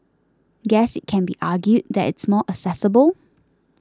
guess it can be argued that it's more accessible